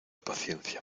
paciencia